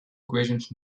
equations